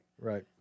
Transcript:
Right